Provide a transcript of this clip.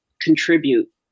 contribute